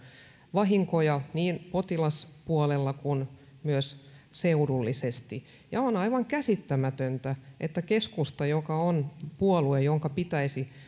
vahinkoja niin potilaspuolella kuin myös seudullisesti on aivan käsittämätöntä että keskusta joka on puolue jonka pitäisi